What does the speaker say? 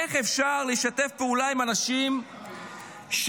איך אפשר לשתף פעולה עם אנשים שלמשל